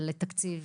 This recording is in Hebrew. לתקציב,